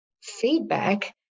feedback